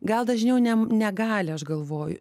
gal dažniau ne negali aš galvoju